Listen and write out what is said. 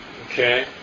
Okay